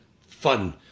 fun